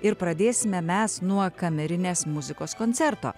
ir pradėsime mes nuo kamerinės muzikos koncerto